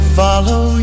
follow